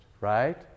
Right